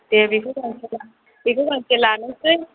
दे बेखौ गांसे बेखौ गांसे लानोसै